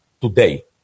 today